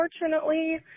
unfortunately